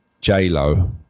J-Lo